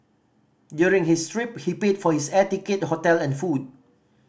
during his trip he paid for his air ticket hotel and food